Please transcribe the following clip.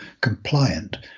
compliant